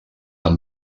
amb